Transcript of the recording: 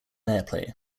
airplay